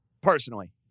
personally